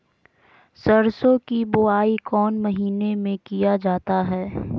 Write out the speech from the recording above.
सरसो की बोआई कौन महीने में किया जाता है?